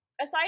aside